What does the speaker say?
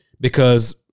because-